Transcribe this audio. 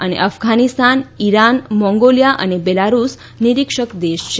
અને Afghanistan Iran Mongolia અને Belarus નીરીક્ષક દેશ છે